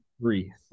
Three